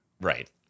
Right